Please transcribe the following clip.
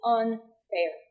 unfair